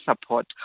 support